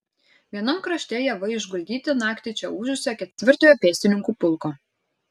vienam krašte javai išguldyti naktį čia ūžusio ketvirtojo pėstininkų pulko